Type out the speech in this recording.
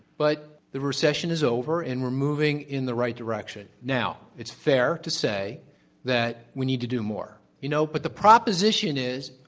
but the recession is over and we're moving in the right direction. now. it's fair to say that we need to do more. absolutely. you know, but the proposition is,